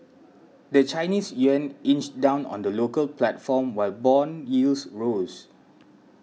the Chinese yuan inched down on the local platform while bond yields rose